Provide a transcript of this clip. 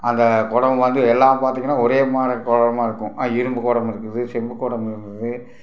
அந்த குடம் வாங்கி எல்லாம் பார்த்தீங்கன்னா ஒரே மாதிரி குடமா இருக்கும் ஆ இரும்பு குடம் இருக்குது செம்பு குடம் இருக்குது